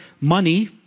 money